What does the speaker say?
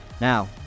Now